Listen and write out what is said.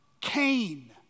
Cain